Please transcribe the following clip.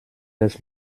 das